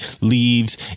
leaves